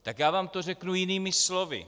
Tak já vám to řeknu jinými slovy.